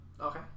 okay